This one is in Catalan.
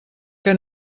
que